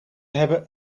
hebben